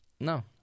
No